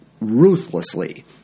ruthlessly